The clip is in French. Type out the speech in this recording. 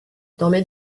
dormez